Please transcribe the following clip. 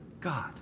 God